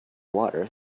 water